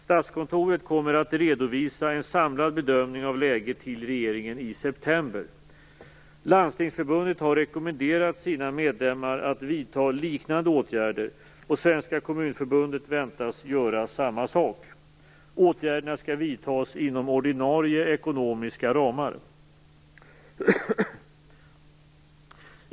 Statskontoret kommer att redovisa en samlad bedömning av läget till regeringen i september. Landstingsförbundet har rekommenderat sina medlemmar att vidta liknande åtgärder och Svenska Kommunförbundet väntas göra samma sak. Åtgärderna skall vidtas inom ordinarie ekonomiska ramar.